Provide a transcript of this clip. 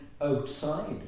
outside